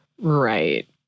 Right